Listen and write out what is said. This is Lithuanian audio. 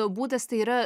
būdas tai yra